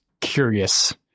curious